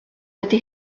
dydy